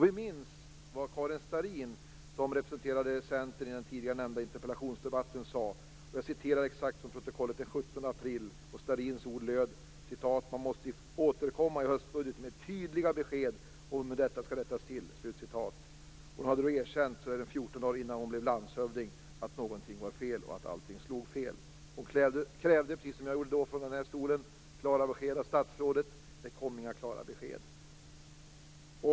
Vi minns vad Karin Starrin, som representerade Centern i den tidigare nämnda interpellationsdebatten, sade. Jag citerar från protokollet den 17 april. Starrins ord löd: "Man måste återkomma i höstbudgeten med tydliga besked om hur detta skall rättas till." Hon hade cirka fjorton dagar innan hon blev landshövding erkänt att någonting var fel. Hon krävde, precis som jag gjorde då, från den här stolen klara besked av statsrådet. Det kom inga klara besked.